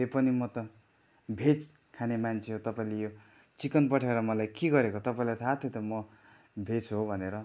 त्यो पनि म त भेज खाने मान्छे हो तपाईँले यो चिकन पठाएर मलाई के गरेको तपाईँलाई थाहा थियो त म भेज हो भनेर